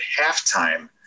halftime